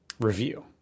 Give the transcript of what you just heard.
review